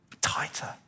Tighter